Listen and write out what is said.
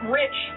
rich